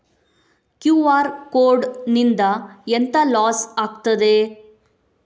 QR code ನಿಂದ ಎಂತ loss ಆಗ್ತದೆ?